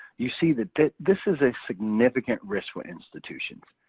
you see that that this is a significant risk for institutions.